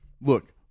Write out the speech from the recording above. look